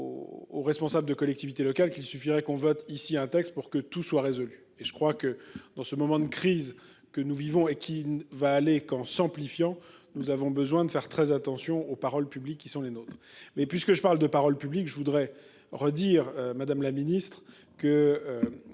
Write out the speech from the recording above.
Aux responsables de collectivités locales qu'il suffirait qu'on vote ici un texte pour que tout soit résolu et je crois que dans ce moment de crise que nous vivons et qui va aller qu'en s'amplifiant. Nous avons besoin de faire très attention aux paroles publiques qui sont les nôtres mais puisque je parle de parole publique. Je voudrais redire Madame la Ministre que.